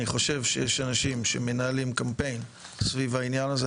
אני חושב שיש אנשים שמנהלים קמפיין סביב העניין הזה.